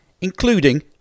including